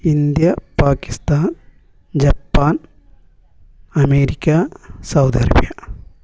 India Pakistan Japan America Saudi Arabia